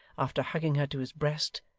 after hugging her to his breast,